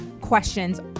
questions